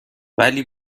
ولی